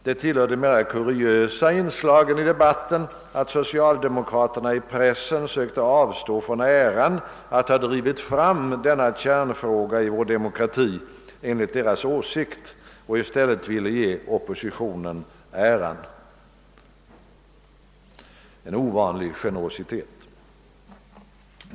Det tillhör de mera kuriösa inslagen i debatten att socialdemokraterna i pressen sökte avstå från äran att ha drivit fram denna enligt deras åsikt — kärnfråga i vår demokrati och i stället ville ge oppositionen denna ära — en ovanlig generositet.